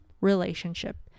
relationship